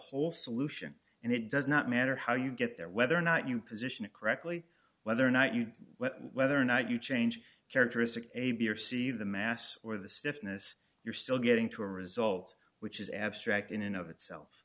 whole solution and it does not matter how you get there whether or not you position it correctly whether or not you whether or not you change characteristics a b or c the mass or the stiffness you're still getting to a result which is abstract in and of itself